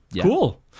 cool